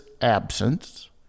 absence